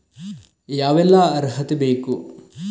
ಯಾವೆಲ್ಲ ಅರ್ಹತೆ ಬೇಕು?